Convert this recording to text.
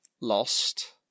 lost